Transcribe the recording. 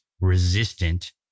resistant